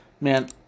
man